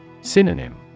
Synonym